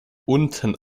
unten